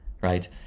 right